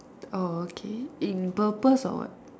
orh okay in purpose or what